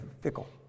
fickle